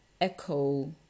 echo